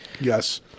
Yes